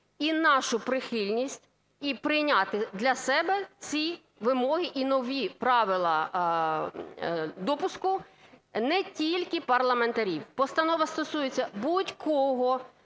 і нашу прихильність, і прийняти для себе ці вимоги, і нові правила допуску не тільки парламентарів. Постанова стосується будь-кого